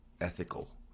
ethical